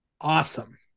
Awesome